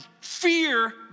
fear